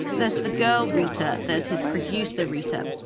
there's the girl, rita. there's his producer, rita.